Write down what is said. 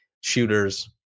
shooters